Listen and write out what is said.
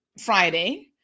Friday